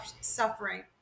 suffering